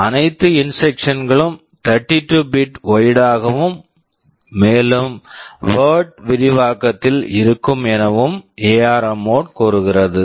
அனைத்து instructions instructions களும் 32 bit bit wide wide ஆகவும் மேலும் வர்ட் word விரிவாக்கத்தில் இருக்கும் எனவும் எஆர்ம் ARM மோட் mode கூறுகிறது